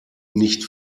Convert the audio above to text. nicht